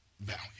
value